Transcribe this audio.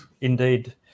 indeed